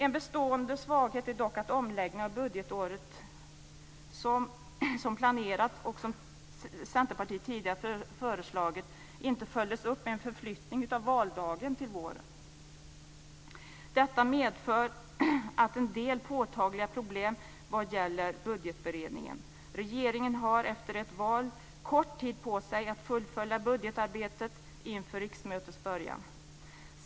En bestående svaghet är dock att omläggningen av budgetåret inte följdes upp med en förflyttning av valdagen till våren, som var planerat och som Centerpartiet tidigare föreslagit. Detta medför en del påtagliga problem vad gäller budgetberedningen. Regeringen har efter ett val kort tid på sig att fullfölja budgetarbetet inför riksmötets början.